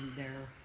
their